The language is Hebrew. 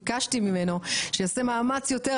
ביקשתי ממנו שיעשה מאמץ יותר,